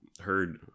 heard